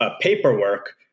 paperwork